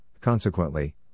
consequently